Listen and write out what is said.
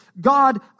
God